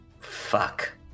Fuck